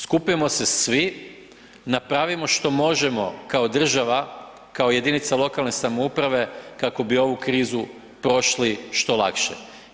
Skupimo se svi, napravimo što možemo kao država, kao jedinica lokalne samouprave kako bi ovu krizu prošli što lakše.